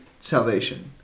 salvation